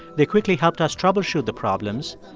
they quickly helped us troubleshoot the problems,